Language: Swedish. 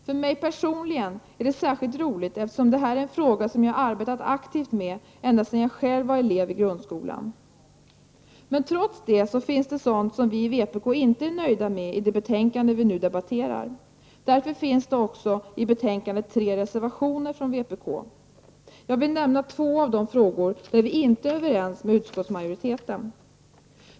För mig personligen är det särskilt roligt, eftersom detta är en fråga som jag arbetat aktivt med ända sedan jag själv var elev i grundskolan. Men trots detta finns det sådant som vi i vpk inte är nöjda med i det betänkande som vi nu behandlar. Därför finns det tre reservationer från vpk. Jag vill nämna två av de frågor där vi inte är överens med utskottsmajoriteten.